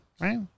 Right